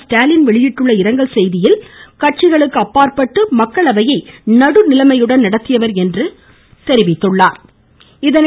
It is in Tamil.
ஸ்டாலின் வெளியிட்டுள்ள இரங்கல் செய்தியில் கட்சிகளுக்கு அப்பாற்பட்டு மக்களவையை நடுநிலைமையுடன் நடத்தியவர் என்று கூறியுள்ளார்